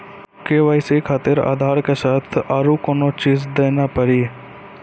KYC खातिर आधार के साथ औरों कोई चीज देना पड़ी?